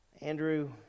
Andrew